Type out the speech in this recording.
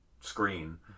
screen